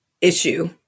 issue